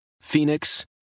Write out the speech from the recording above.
Phoenix